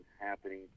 happening